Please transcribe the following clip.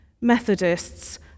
Methodists